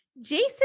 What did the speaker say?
Jason